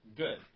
good